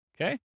Okay